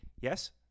Yes